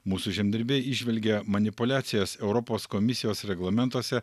mūsų žemdirbiai įžvelgia manipuliacijas europos komisijos reglamentuose